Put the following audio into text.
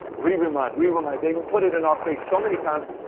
re-remind, re-remind. they put it in our face so many times,